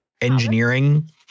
Engineering